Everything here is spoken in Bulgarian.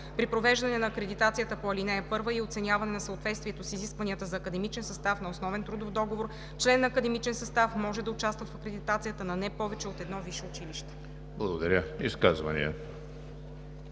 При провеждане на акредитацията по ал. 1 и оценяване на съответствието с изискванията за академичен състав на основен трудов договор член на академичен състав може да участва в акредитацията на не повече от едно висше училище.“ ПРЕДСЕДАТЕЛ